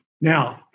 Now